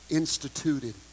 instituted